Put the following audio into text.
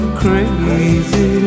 crazy